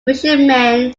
fishermen